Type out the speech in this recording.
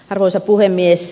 arvoisa puhemies